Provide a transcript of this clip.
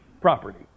property